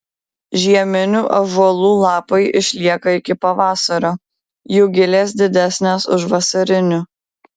žieminių ąžuolų lapai išlieka iki pavasario jų gilės didesnės už vasarinių